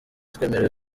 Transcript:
twemerewe